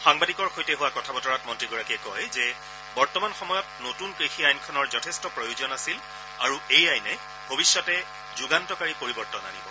সাংবাদিকৰ সৈতে হোৱা কথা বতৰাত মন্ত্ৰীগৰাকীয়ে কয় যে বৰ্তমান সময়ত নতুন কৃষি আইনখনৰ যথেষ্ট প্ৰয়োজন আছিল আৰু এই আইনে ভৱিষ্যতে যুগান্তকাৰী পৰিৱৰ্তন আনিব